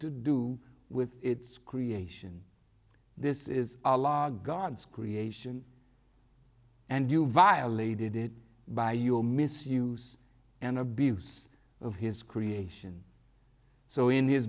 to do with its creation this is a law god's creation and you violated it by your misuse and abuse of his creation so in his